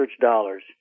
dollars